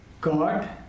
God